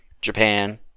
Japan